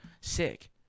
sick